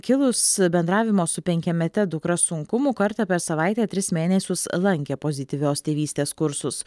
kilus bendravimo su penkiamete dukra sunkumų kartą per savaitę tris mėnesius lankė pozityvios tėvystės kursus